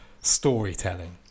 storytelling